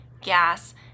gas